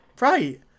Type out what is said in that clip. right